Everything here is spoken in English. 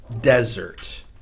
desert